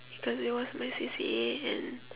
because it was my C_C_A and